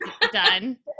done